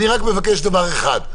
אני רק מבקש דבר אחד,